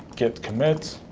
get commit,